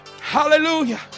Hallelujah